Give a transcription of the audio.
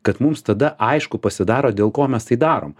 kad mums tada aišku pasidaro dėl ko mes tai darom